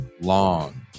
long